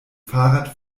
fahrrad